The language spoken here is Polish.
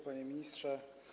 Panie Ministrze!